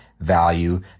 value